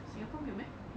singapore 没有 meh